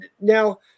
now